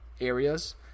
areas